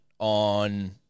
On